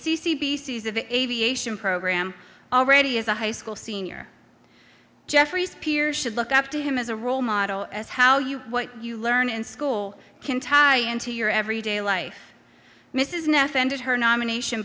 c c b c's of aviation program already has a high school senior jeffries peers should look up to him as a role model as how you what you learn in school can tie into your everyday life mrs neff ended her nomination